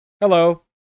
hello